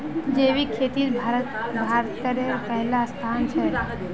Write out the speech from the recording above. जैविक खेतित भारतेर पहला स्थान छे